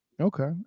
Okay